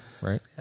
Right